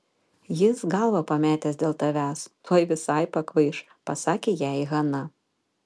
jis galvą pametęs dėl tavęs tuoj visai pakvaiš pasakė jai hana